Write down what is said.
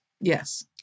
Yes